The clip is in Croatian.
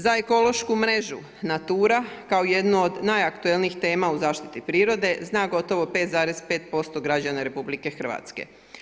Za ekološku mrežu NATURA kao jednu od najaktualnijih tema u zaštiti prirode zna gotovo 5,5% građana Republike Hrvatske.